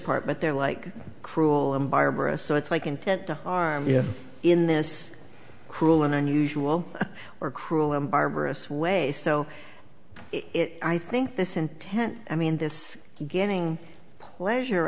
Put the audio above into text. part but they're like cruel and barbarous so it's like intent to harm you know in this cruel and unusual or cruel and barbarous way so i think this intent i mean this getting pleasure